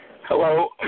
Hello